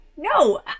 no